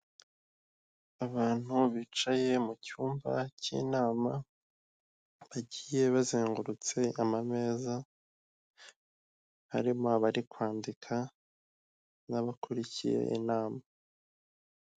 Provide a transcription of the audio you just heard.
Abantu bicaye mu cyumba cy'inama bagiye bazengurutse amameza harimo abari kwandika n'abakurikiye inama.